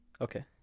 okay